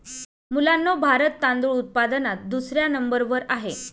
मुलांनो भारत तांदूळ उत्पादनात दुसऱ्या नंबर वर आहे